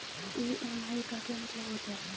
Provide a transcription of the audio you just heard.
EMI का क्या मतलब होता है?